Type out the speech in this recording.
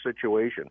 situation